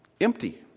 Empty